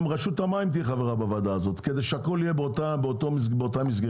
גם רשות המים תהיה חברה בוועדה הזאת כדי שהכול יהיה באותה מסגרת,